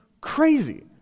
crazy